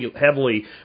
heavily